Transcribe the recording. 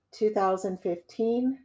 2015